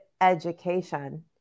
education